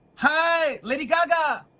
hi. lady gaga?